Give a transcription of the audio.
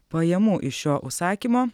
pajamų iš šio užsakymo